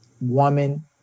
woman